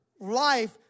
Life